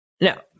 Now